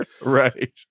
Right